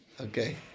Okay